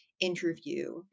interview